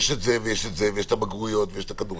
יש את זה ויש את זה ויש את הבגרויות ואת הכדורגל,